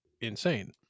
insane